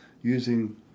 using